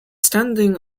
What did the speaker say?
standing